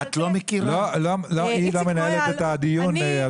לא, היא לא מנהלת את הדיון.